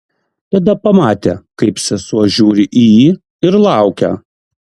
tada pamatė kaip sesuo žiūri į jį ir laukia